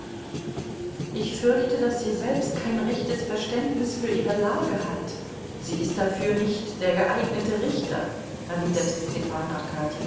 ich fürchte daß sie selbst kein rechtes verständnis für ihre lage hat sie ist dafür nicht der geeignete richter erwiderte stepan